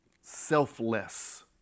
selfless